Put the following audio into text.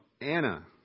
Anna